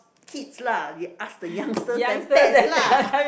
kids lah they ask the youngsters then pets lah